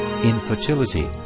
Infertility